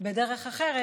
בדרך אחרת.